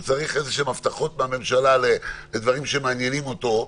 צריך הבטחות מהממשלה לדברים שמעניינים אותו,